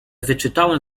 wyczytałem